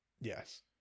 Yes